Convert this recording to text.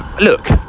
Look